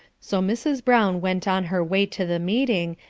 so mrs. brown went on her way to the meeting,